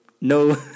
no